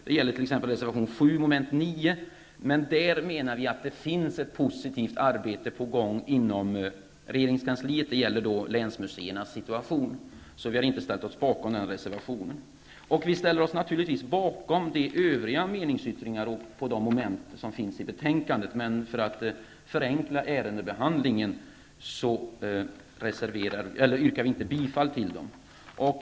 Det gäller t.ex. reservation 7 under mom. 9. Vi menar där att det pågår ett positivt arbete redan inom regeringskansliet. Det gäller länsmuseernas situation. Vi har inte ställt oss bakom den reservationen. Vi ställer oss naturligtvis bakom de övriga meningsyttringar som vi har i betänkandet, men för att förenkla ärendebehandlingen yrkar vi inte bifall till dem.